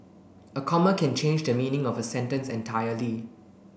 a comma can change the meaning of a sentence entirely